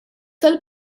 tal